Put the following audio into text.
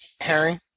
Harry